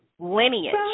Lineage